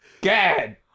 God